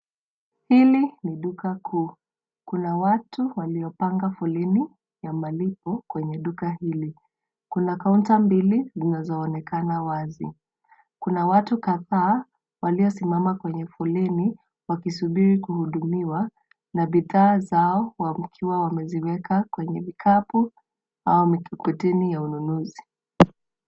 Hili ni duka kuu. Kuna watu waliopanga foleni ya malipo kwenye duka hili. Kuna kaunta mbili zinazoonekana wazi. Kuna watu kadhaa waliosimama kwenye foleni wakisubiri kuhudumiwa na bidhaa zao wakiwa wameziweka kwenye vikapu au mikokoteni za ununuzi.